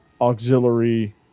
auxiliary